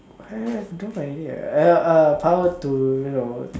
have don't uh power to you know